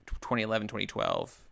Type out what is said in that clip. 2011-2012